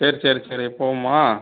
சரி சரி சரி போவோமா